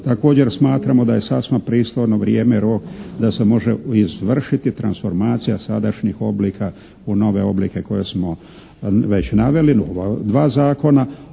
također smatramo da sasma pristojno vrijeme da se može izvršiti transformacija sadašnjih oblika u nove oblike koje smo već naveli,